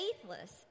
faithless